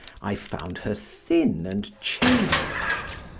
i found her thin and changed.